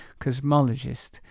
cosmologist